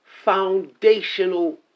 foundational